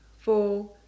four